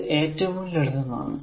ഇത് ഏറ്റവും ലളിതമാണ്